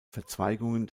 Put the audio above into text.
verzweigungen